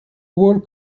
whole